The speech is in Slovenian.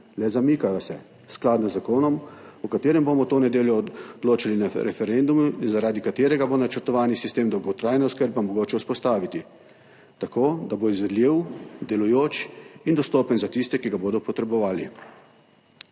le zamikajo se skladno z zakonom, o katerem bomo to nedeljo odločali na referendumu in zaradi katerega bo načrtovani sistem dolgotrajne oskrbe mogoče vzpostaviti tako, da bo izvedljiv, delujoč in dostopen za tiste, ki ga bodo potrebovali.